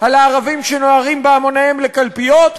על הערבים שנוהרים בהמוניהם לקלפיות,